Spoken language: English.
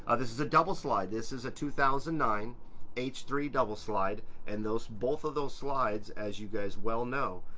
ah this is a double slide, this is a two thousand and nine h three double slide and those. both of those slides as you guys well know,